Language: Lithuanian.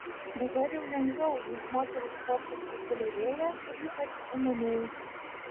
dabar jau lengviau nes moterų sportas populiarėja ypač mma